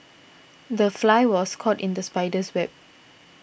the fly was caught in the spider's web